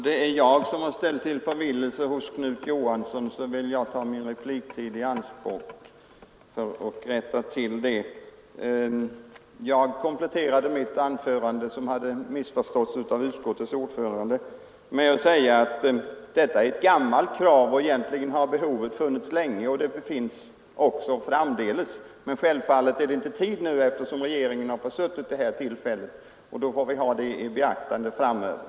Herr talman! Om det är jag som har förvillat herr Knut Johansson vill jag ta min repliktid i anspråk för att rätta till det. Jag kompletterade mitt anförande, som hade missförståtts av utskottets ordförande, med att säga att detta är ett gammalt krav. Egentligen har behovet funnits länge och det finns också framdeles, men självfallet är det inte tid nu eftersom regeringen har försuttit tillfället, och då får vi ha det i åtanke framöver.